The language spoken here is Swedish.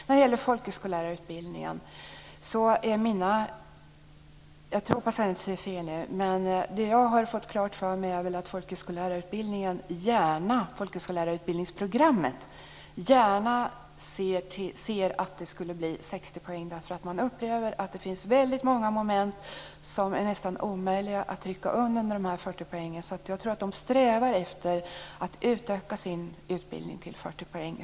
När det gäller folkhögskolelärarutbildningen har jag - jag hoppas satt jag inte säger fel nu - fått klart för mig att man gärna i programmet för folkhögskolelärarutbildningen ser att det blir 60 poäng. Man upplever att det finns väldigt många moment som är nästan omöjliga att trycka under dessa 40 poäng. Jag tror att de strävar efter att utöka sin utbildning till 60 poäng.